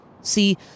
See